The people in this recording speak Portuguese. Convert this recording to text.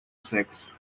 sexo